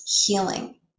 healing